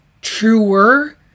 truer